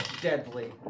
deadly